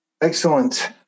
Excellent